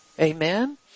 Amen